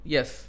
Yes